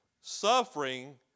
suffering